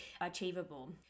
achievable